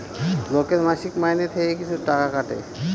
লোকের মাসিক মাইনে থেকে কিছু টাকা কাটে